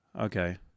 Okay